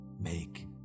make